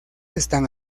están